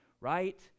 right